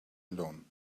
alone